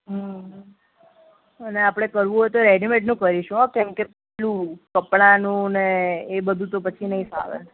અને આપણે કરવું હોય તો રેડીમેડનું કરીશું હોં કેમકે પેલું કપડાંનું ને એ બધું તો પછી નહીં ફાવે